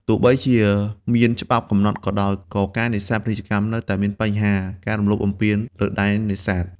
ទោះបីជាមានច្បាប់កំណត់ក៏ដោយ ក៏ការនេសាទពាណិជ្ជកម្មនៅតែមានបញ្ហា ការរំលោភបំពាន លើដែននេសាទ។